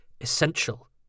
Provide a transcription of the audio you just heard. essential